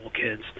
kids